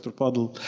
fadel.